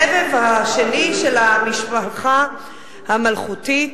הסבב השני של המשפחה המלכותית.